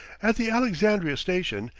at the alexandria station,